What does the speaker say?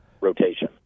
rotation